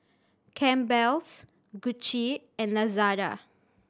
Campbell's Gucci and Lazada